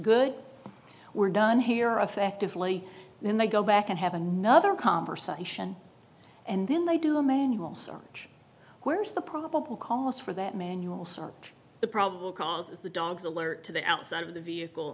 good we're done here effectively then they go back and have another conversation and then they do a manual search where's the probable cause for that manual start the probable causes the dogs alert to the outside of the vehicle